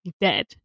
dead